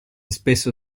spesso